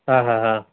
हा हा हा